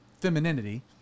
femininity